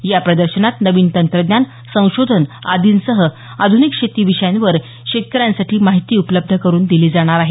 या प्रदर्शनात नवीन तंत्रज्ञान संशोधन आदीसह आधुनिक शेती विषयावर शेतकऱ्यांसाठी माहिती उपलब्ध करून दिली जाणार आहे